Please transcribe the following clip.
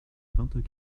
vingt